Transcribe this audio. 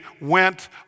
went